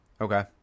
Okay